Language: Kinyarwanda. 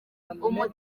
akomeye